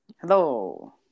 Hello